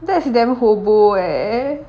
that's damn hobo eh